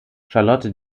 charlotte